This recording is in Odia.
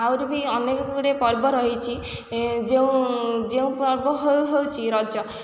ଆହୁରି ବି ଅନେକ ଗୁଡ଼ିଏ ପର୍ବ ରହିଛି ଯେଉଁ ଯେଉଁ ପର୍ବ ହେଉଛି ରଜ